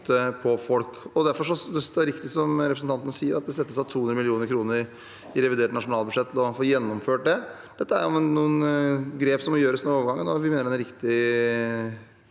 til folk. Det er riktig som representanten sier, at det settes av 200 mill. kr i revidert nasjonalbudsjett for å få gjennomført det. Dette er noen grep som må tas nå i overgangen, og vi mener det er en riktig